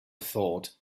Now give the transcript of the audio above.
thought